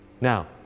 Now